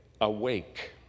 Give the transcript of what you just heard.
awake